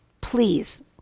please